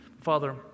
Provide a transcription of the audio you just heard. Father